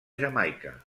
jamaica